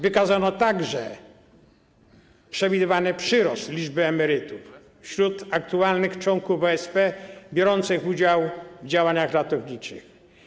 Wykazano także przewidywany przyrost liczby emerytów wśród aktualnych członków OSP biorących udział w działaniach ratowniczych.